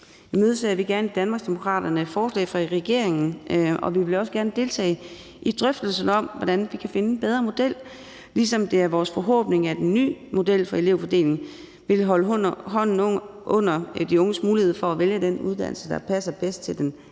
imødeser vi i Danmarksdemokraterne forslag fra regeringen, og vi vil også gerne deltage i drøftelsen om, hvordan vi kan finde en bedre model, ligesom det er vores forhåbning, at en ny model for elevfordeling vil holde hånden under de unges mulighed for at vælge den uddannelse, der passer bedst til den